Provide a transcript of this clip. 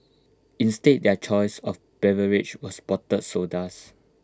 instead their choice of beverage was bottled sodas